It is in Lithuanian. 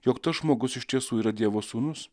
jog tas žmogus iš tiesų yra dievo sūnus